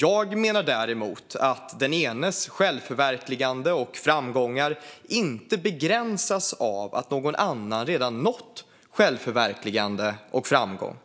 Jag menar däremot att den enes självförverkligande och framgångar inte begränsas av att någon annan redan har nått självförverkligande och framgång.